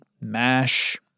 MASH